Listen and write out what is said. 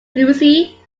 lucy